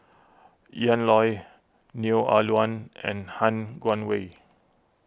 Ian Loy Neo Ah Luan and Han Guangwei